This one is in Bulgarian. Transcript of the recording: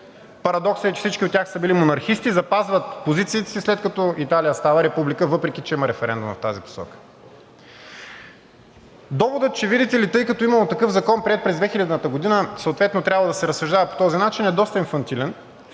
Парадоксът е, че всички от тях са били монархисти, но запазват позициите си, след като Италия става република, въпреки че има референдум в тази посока. Доводът, че видите ли, тъй като имало такъв закон, приет през 2000 г., съответно трябвало да се разсъждава по този начин, е доста инфантилен.